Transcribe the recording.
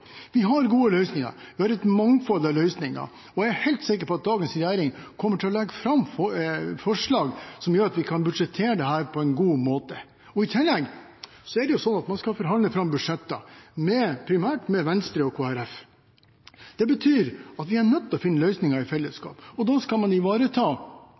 Vi har gode løsninger, vi har et mangfold av løsninger. Jeg er helt sikker på at dagens regjering kommer til å legge fram forslag som gjør at vi kan budsjettere for dette på en god måte. I tillegg skal man forhandle fram budsjetter, primært med Venstre og Kristelig Folkeparti. Det betyr at vi er nødt til å finne løsninger i fellesskap. Da skal man ivareta